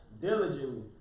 Diligently